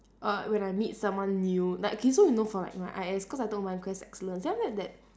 err when I meet someone new like okay so you know for like my eyes cause I told my I'm wearing lenses then after that that